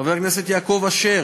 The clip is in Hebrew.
חבר הכנסת יעקב אשר,